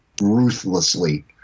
ruthlessly